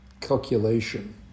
calculation